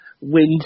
wind